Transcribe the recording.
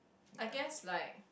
I guess like